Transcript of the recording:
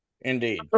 Indeed